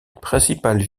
principale